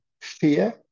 fear